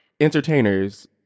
entertainers